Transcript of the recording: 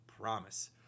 promise